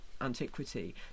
antiquity